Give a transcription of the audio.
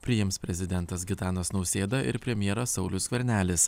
priims prezidentas gitanas nausėda ir premjeras saulius skvernelis